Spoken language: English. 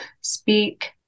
Speak